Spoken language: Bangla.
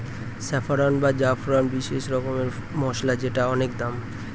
স্যাফরন বা জাফরান বিশেষ রকমের মসলা যেটা অনেক দামি